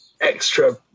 extra